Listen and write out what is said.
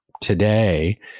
today